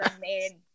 made